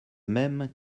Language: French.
même